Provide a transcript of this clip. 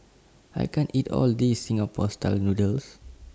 I can't eat All of This Singapore Style Noodles